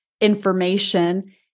information